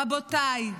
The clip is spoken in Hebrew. רבותיי,